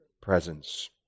presence